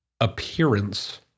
appearance